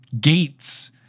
gates